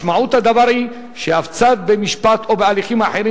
משמעות הדבר היא שאף צד במשפט או בהליכים האחרים